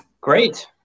Great